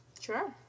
Sure